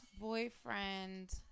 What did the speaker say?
boyfriend